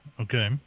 Okay